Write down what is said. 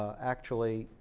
ah actually,